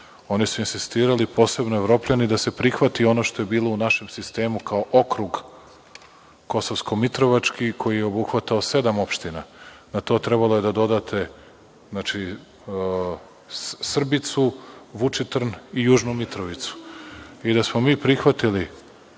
oni su insistirali, posebno Evropljani, da se prihvati ono što je bilo u našem sistemu kao okrug Kosovsko-Mitrovački koji je obuhvatao sedam opština. Na to je trebalo da dodate Srbicu, Vučitrn i Južnu Mitrovicu. Da smo mi prihvatili